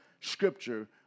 scripture